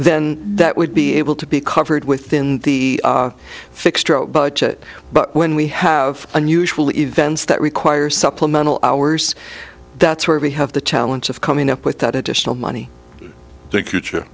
then that would be able to be covered within the fixed budget but when we have unusual events that require supplemental hours that's where we have the challenge of coming up with that additional money th